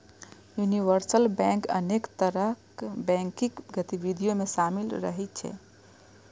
universal bank अनेक तरहक banking गतिविधि मे शामिल रहै छै